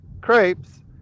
crepes